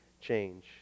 change